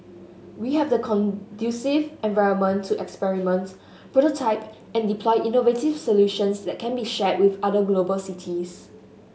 we have the conducive environment to experiment prototype and deploy innovative solutions that can be shared with other global cities